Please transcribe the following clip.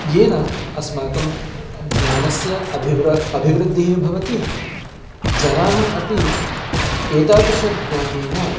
येन अस्माकं ज्ञानस्य अभिवृ अभिवृद्धिः भवति जनाः अपि एतादृशज्ञानेन